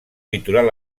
litoral